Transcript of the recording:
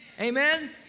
Amen